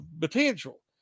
potential